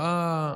צוואה,